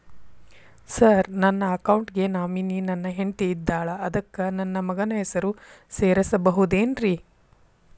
Sir ನನ್ನ account ಗೆ nominee ನನ್ನ ಹೆಂಡ್ತಿ ಇದ್ದಾಳ ಅದಕ್ಕ ನನ್ನ ಮಗನ ಹೆಸರು ಸೇರಸಬಹುದೇನ್ರಿ?